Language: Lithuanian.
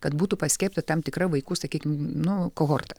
kad būtų paskiepyta tam tikra vaikų sakykim nu kohorta